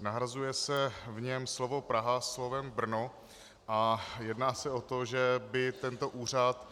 Nahrazuje se v něm slovo Praha slovem Brno a jedná se o to, že by tento úřad,